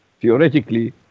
theoretically